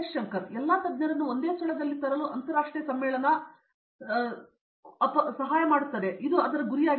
ಶಂಕರನ್ ಎಲ್ಲಾ ತಜ್ಞರನ್ನು ಒಂದೇ ಸ್ಥಳದಲ್ಲಿ ತರಲು ಅಂತರಾಷ್ಟ್ರೀಯ ಸಮ್ಮೇಳನ ನಡೆಸುವ ಪ್ರಾಥಮಿಕ ಗುರಿಯಾಗಿದೆ